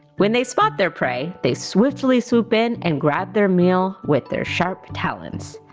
when they spot their prey, they swiftly swoop in and grab their meal with their sharp talons.